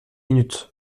minute